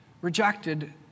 rejected